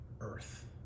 earth